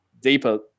deeper